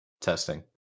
testing